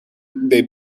dei